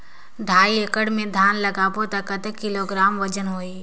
ढाई एकड़ मे धान लगाबो त कतेक किलोग्राम वजन होही?